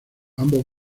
ambos